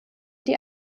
die